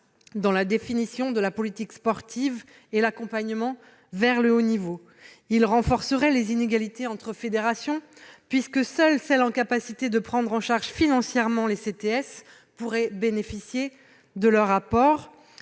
dans la définition de la politique sportive et l'accompagnement vers le haut niveau. Ils renforceraient les inégalités entre fédérations, puisque seules celles qui sont en mesure de prendre en charge financièrement les CTS pourraient bénéficier de leur apport.